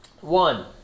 one